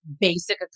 basic